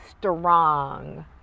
strong